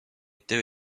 they